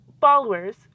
followers